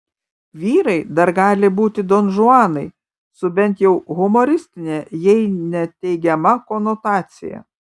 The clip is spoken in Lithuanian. vyrai dar gali būti donžuanai su bent jau humoristine jei ne teigiama konotacija